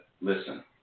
listen